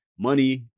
Money